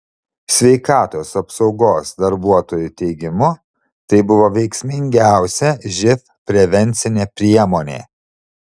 sveikatos apsaugos darbuotojų teigimu tai buvo veiksmingiausia živ prevencinė priemonė